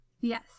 Yes